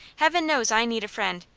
heaven knows i need a friend,